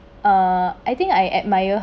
uh I think I admire